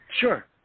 Sure